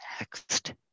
next